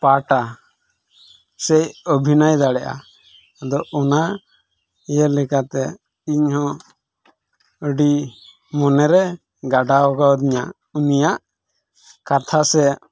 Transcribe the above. ᱯᱟᱴᱼᱟ ᱥᱮᱭ ᱚᱵᱷᱤᱱᱚᱭ ᱫᱟᱲᱮᱭᱟᱜᱼᱟ ᱟᱫᱚ ᱚᱱᱟ ᱤᱭᱟᱹ ᱞᱮᱠᱟᱛᱮ ᱤᱧ ᱦᱚᱸ ᱟᱹᱰᱤ ᱢᱚᱱᱮ ᱨᱮ ᱜᱟᱰᱟᱣ ᱠᱟᱣ ᱫᱤᱧᱟ ᱩᱱᱤᱭᱟᱜ ᱠᱟᱛᱷᱟ ᱥᱮ